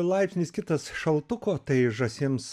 laipsnis kitas šaltuko tai žąsims